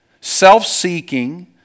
self-seeking